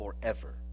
forever